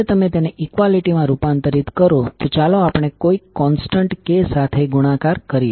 જ્યારે તમે તેને ઇક્વાલિટી માં રૂપાંતરિત કરો તો ચાલો આપણે કોઈક કોન્સ્ટન્ટ k સાથે ગુણાકાર કરીએ